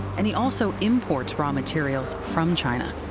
and he also imports raw materials from china.